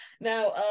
Now